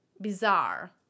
bizarre